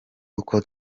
uko